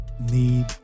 need